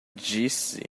disse